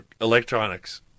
electronics